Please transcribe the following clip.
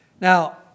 Now